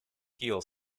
heel